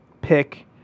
pick